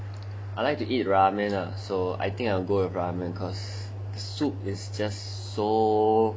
I like to eat ramen ah so I think I will go with ramen cuz the soup is just so nice